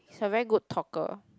he's a very good talker